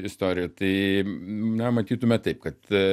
istoriją tai na matytume taip kad